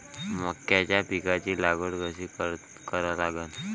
मक्याच्या पिकाची लागवड कशी करा लागन?